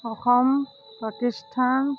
Assam Pakistan